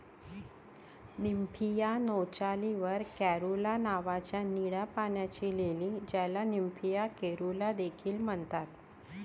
Nymphaea नौचाली वर caerulea नावाची निळ्या पाण्याची लिली, ज्याला निम्फिया कॅरुला देखील म्हणतात